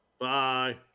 Bye